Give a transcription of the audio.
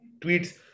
tweets